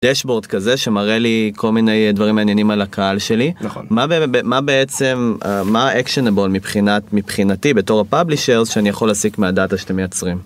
דשבורד כזה שמראה לי כל מיני דברים מעניינים על הקהל שלי נכון מה בעצם מה אקשיינאבול מבחינת מבחינתי בתור הפאבלישר שאני יכול להסיק מהדאטה שאתם מייצרים.